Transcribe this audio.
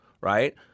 Right